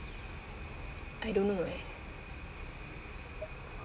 I don't know eh